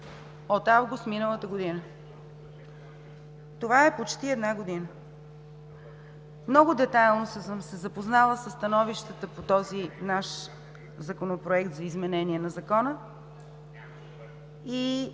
от август миналата година. Това е почти една година. Много детайлно съм се запознала със становищата по този наш Законопроект за изменение на Закона.